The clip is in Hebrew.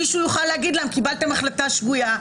מישהו יוכל להגיד להם: קיבלתם החלטה שגויה.